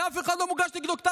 נגד אף אחד לא מוגש כתב אישום.